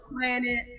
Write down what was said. planet